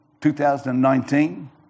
2019